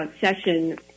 session